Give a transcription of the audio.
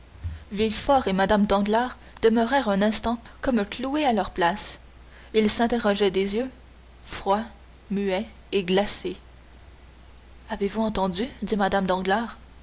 exemple villefort et mme danglars demeurèrent un instant comme cloués à leur place ils s'interrogeaient des yeux froids muets et glacés avez-vous entendu dit mme danglars